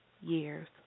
years